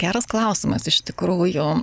geras klausimas iš tikrųjų